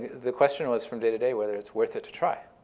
the question was, from day to day, whether it's worth it to try.